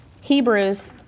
Hebrews